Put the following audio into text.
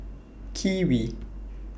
Kiwi